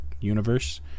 universe